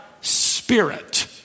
spirit